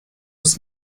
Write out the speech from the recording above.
ist